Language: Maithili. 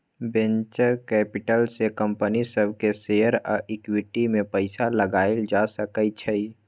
वेंचर कैपिटल से कंपनी सब के शेयर आ इक्विटी में पैसा लगाएल जा सकय छइ